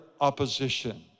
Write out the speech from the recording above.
opposition